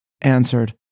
answered